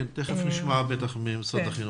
תיכף נשמע ממשרד החינוך.